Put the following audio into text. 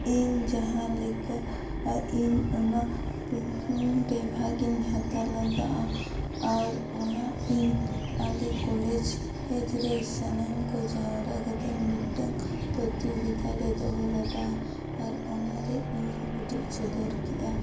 ᱤᱧ ᱡᱟᱦᱟᱸ ᱞᱮᱠᱟ ᱟᱨ ᱤᱧ ᱚᱱᱟ ᱨᱮ ᱵᱷᱟᱜᱤᱧ ᱦᱟᱛᱟᱣ ᱞᱮᱫᱟ ᱟᱨ ᱚᱱᱟ ᱤᱧ ᱟᱞᱮ ᱠᱚᱞᱮᱡᱽ ᱠᱚᱞᱮᱡᱽ ᱨᱮ ᱥᱟᱱᱟᱢ ᱠᱚ ᱡᱟᱣᱨᱟ ᱠᱟᱛᱮᱫ ᱢᱤᱫᱴᱟᱝ ᱠᱟᱹᱪᱤ ᱜᱮᱛᱟᱞᱮ ᱫᱚᱦᱚ ᱞᱮᱫᱟ ᱟᱨ ᱚᱱᱟᱨᱮ ᱤᱧᱤᱧ ᱩᱫᱩᱜ ᱥᱚᱫᱚᱨ ᱠᱮᱫᱼᱟ